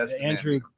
Andrew